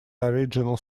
original